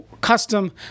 custom